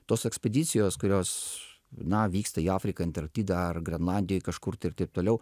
tos ekspedicijos kurios na vyksta į afriką antarktidą ar grenlandijoj kažkur tai ir taip toliau